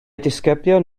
disgyblion